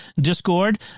Discord